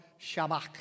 shabak